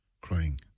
crying